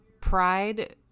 Pride